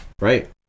Right